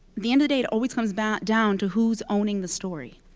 the and day, it always comes back down to who's owning the story,